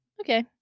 Okay